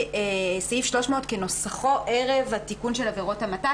סעיף 300 כנוסחו ערב התיקון של עבירות המתה.